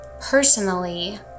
personally